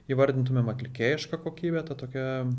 įvardintumėm atlikėjišką kokybę tą tokią